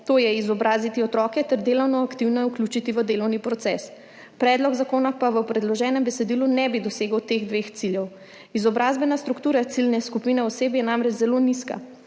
To je izobraziti otroke ter delovno aktivne vključiti v delovni proces. Predlog zakona pa v predloženem besedilu ne bi dosegel teh dveh ciljev. Izobrazbena struktura ciljne skupine oseb je namreč zelo nizka,